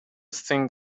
think